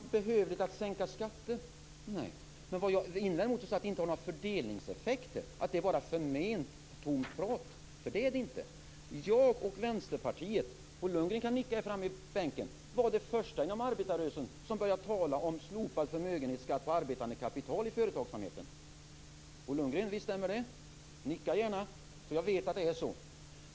Fru talman! Jag påstår inte att det inte kan vara behövligt att sänka skatter. Men däremot invänder jag emot att det inte skulle ha några fördelningseffekter och att det bara är tomt prat - för det är det inte. Jag och Vänsterpartiet - Bo Lundgren kan nicka här i bänken - var de första inom arbetarrörelsen som började tala om slopad förmögenhetsskatt på arbetande kapital i företagsamheten. Visst stämmer det, Bo Lundgren? Nicka gärna, så att jag vet att det är så.